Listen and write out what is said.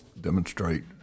demonstrate